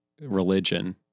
religion